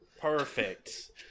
Perfect